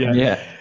yeah,